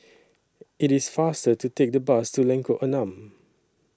IT IS faster to Take The Bus to Lengkok Enam